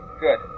Good